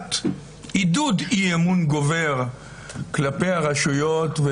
והפחת עידוד אי-אמון גובר כלפי הרשויות,